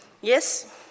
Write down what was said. Yes